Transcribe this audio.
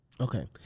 Okay